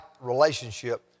relationship